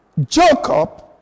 Jacob